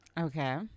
Okay